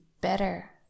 better